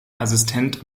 assistent